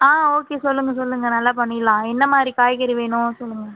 ஆ okay சொல்லுங்கள் சொல்லுங்கள் நல்லா பண்ணிர்லாம் என்ன மாதிரி காய்கறி வேணும் சொல்லுங்கள்